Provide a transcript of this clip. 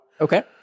Okay